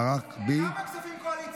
אדפיס כסף להתמודד עם המלחמה.